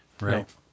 Right